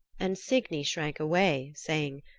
and signy shrank away, saying,